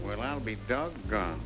well i'll be doggone